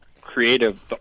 creative